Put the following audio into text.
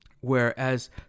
Whereas